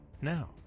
Now